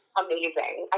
amazing